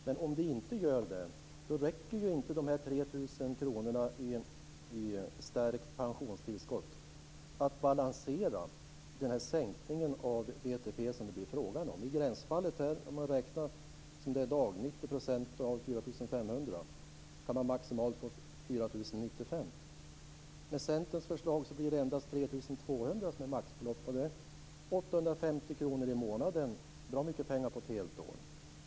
Men om det inte gör det så räcker inte de här 3 000 kronorna i stärkt pensionstillskott att balansera den sänkning av BTP som det blir fråga om. I gränsfallet kan man, om vi räknar som det är i dag 90 % av 4 500, få maximalt 4 095 kr. Med Centerns förslag blir det endast drygt 3 200 kr maximalt. Det är 850 kr i månaden, och det är mycket pengar på ett helt år.